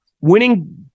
winning